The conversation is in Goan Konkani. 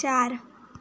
चार